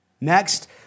Next